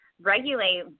regulate